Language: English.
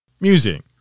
Music